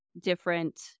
different